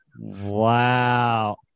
wow